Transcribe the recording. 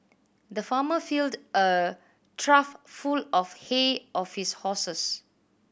the farmer filled a trough full of hay of his horses